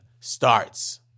starts